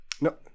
No